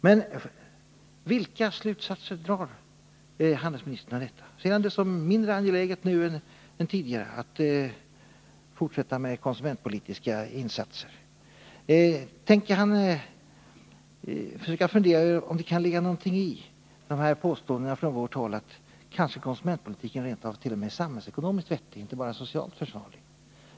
Men vilka slutsatser drar handelsministern av dessa förhållanden? Ser han det nu som mindre angeläget än tidigare att fortsätta med konsumentpolitiska insatser? Tänker han försöka fundera över om det kan ligga någonting i påståendena från vårt håll att konsumentpolitiken kanske är t.o.m. samhällsekonomiskt vettig, inte bara socialt försvarbar?